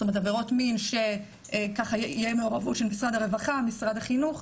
זאת אומרת עבירות מין שתהיה מעורבות של משרד הרווחה ומשרד החינוך,